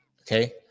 okay